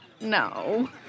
No